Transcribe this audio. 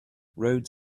roads